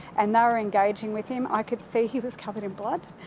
and they were engaging with him. i could see he was covered in blood.